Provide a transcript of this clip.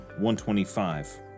125